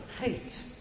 hate